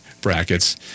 brackets